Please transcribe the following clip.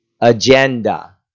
agenda